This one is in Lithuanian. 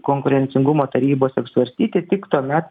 konkurencingumo tarybose apsvarstyti tik tuomet